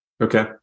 Okay